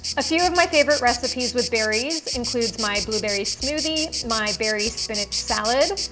a few of my favorite recipes with berries includes my blueberry smoothie, my berry spinach salad,